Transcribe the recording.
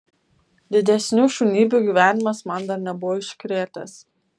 didesnių šunybių gyvenimas man dar nebuvo iškrėtęs